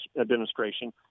administration